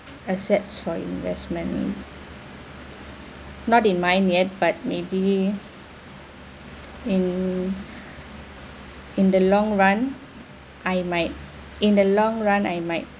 assets for investment not in mind yet but maybe in in the long run I might in the long run I might